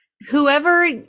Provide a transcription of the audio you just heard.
Whoever